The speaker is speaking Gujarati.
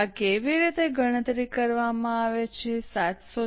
આ કેવી રીતે ગણતરી કરવામાં આવે છે 746